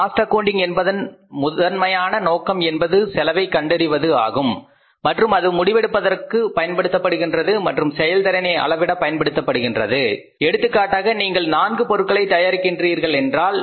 cost accounting என்பதன் முதன்மையான நோக்கம் என்பது செலவை கண்டறிவது ஆகும் மற்றும் அது முடிவெடுப்பதற்கு பயன்படுத்தப்படுகின்றது மற்றும் செயல் திறனை அளவிட பயன்படுத்தப்படுகின்றது எடுத்துக்காட்டாக நீங்கள் நான்கு பொருட்களை தயாரிக்கிறீர்களென்றால்